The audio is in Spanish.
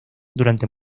durante